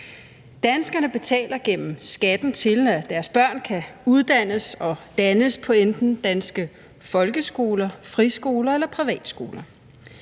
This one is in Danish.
Danskerne betaler gennem skatten til, at deres børn kan uddannes og dannes på enten danske folkeskoler, friskoler eller privatskoler.